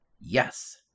Yes